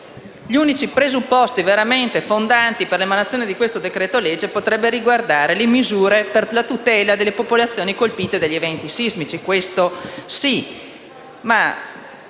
gli unici presupposti veramente fondanti per l'emanazione del decreto-legge in esame potrebbero riguardare le misure per la tutela delle popolazioni colpite dagli eventi sismici. Questo sì.